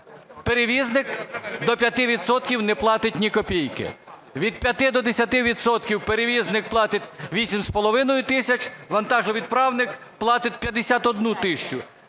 Перевізник до 5 відсотків не платить ні копійки. Від 5 до 10 відсотків перевізник платить 8,5 тисячі, вантажовідправник платить 51 тисячу,